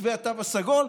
מתווה התו הסגול.